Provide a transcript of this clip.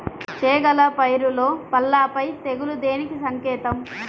చేగల పైరులో పల్లాపై తెగులు దేనికి సంకేతం?